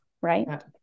right